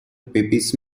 pepys